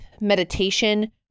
meditation